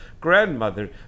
grandmother